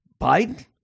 Biden